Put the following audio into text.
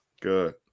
Good